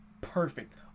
perfect